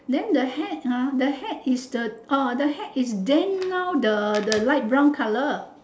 then the hat ah the hat is the uh the hat is then now the the light brown colour